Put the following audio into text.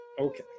Okay